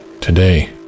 Today